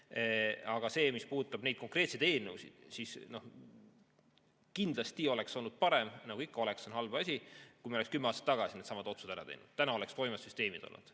see, mis puudutab neid konkreetseid eelnõusid, siis kindlasti oleks olnud parem – nagu ikka, "oleks" on halb asi –, kui me oleks kümme aastat tagasi needsamad otsused ära teinud ja täna oleks toimivad süsteemid olnud.